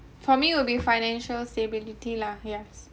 for me will be financial stability lah yes